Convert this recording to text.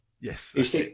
Yes